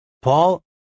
Paul